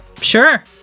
Sure